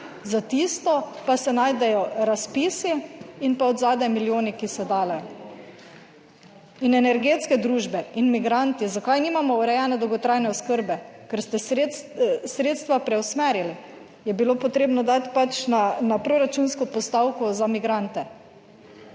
za tisto pa se najdejo razpisi in pa od zadaj milijoni, ki se dajo. In energetske družbe in migranti, zakaj nimamo urejene dolgotrajne oskrbe? Ker ste sredstva preusmerili. Je bilo potrebno dati pač na proračunsko postavko za migrante.